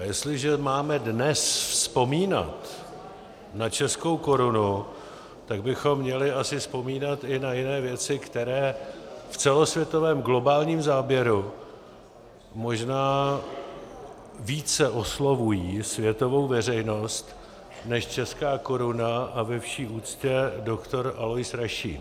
A jestliže máme dnes vzpomínat na českou korunu, tak bychom měli asi vzpomínat i na jiné věci, které v celosvětovém globálním záběru možná více oslovují světovou veřejnost než česká koruna a ve vší úctě doktor Alois Rašín.